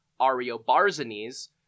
Ariobarzanes